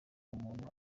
umuntu